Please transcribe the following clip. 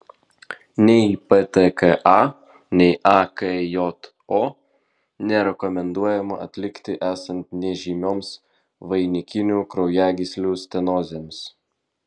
nei ptka nei akjo nerekomenduojama atlikti esant nežymioms vainikinių kraujagyslių stenozėms